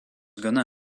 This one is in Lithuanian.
gana